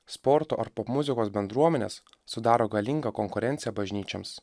sporto ar popmuzikos bendruomenės sudaro galingą konkurenciją bažnyčioms